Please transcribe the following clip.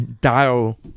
dial